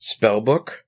Spellbook